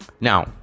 Now